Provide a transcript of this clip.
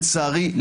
לצערי,